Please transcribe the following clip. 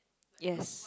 yes